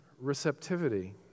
receptivity